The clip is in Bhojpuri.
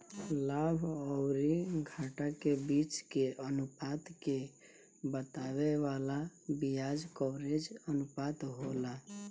लाभ अउरी घाटा के बीच के अनुपात के बतावे वाला बियाज कवरेज अनुपात होला